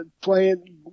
playing